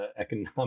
economic